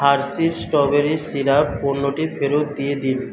Hershey's strawberry syrup পণ্যটি ফেরত দিয়ে দিন